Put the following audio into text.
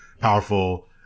Powerful